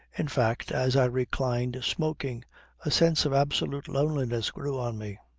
in fact, as i reclined smoking a sense of absolute loneliness grew on me.